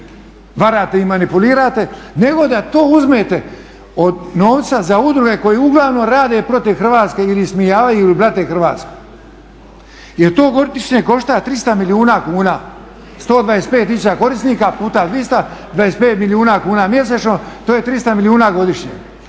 varate i manipulirate, nego da to uzmete od novca za udruge koje uglavnom rade protiv Hrvatske jer je ismijavaju ili blate Hrvatsku. Jer to godišnje košta 300 milijuna kuna, 125 tisuća korisnika puta 200, 25 milijuna kuna mjesečno, to je 300 milijuna godišnje.